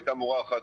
הייתה מורה אחת,